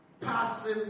Passing